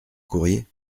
courrier